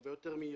הרבה יותר מהירה.